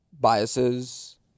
Biases